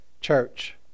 church